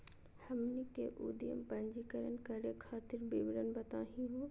हमनी के उद्यम पंजीकरण करे खातीर विवरण बताही हो?